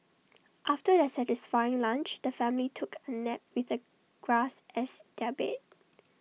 after their satisfying lunch the family took A nap with the grass as their bed